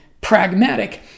pragmatic